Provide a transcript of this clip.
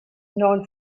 known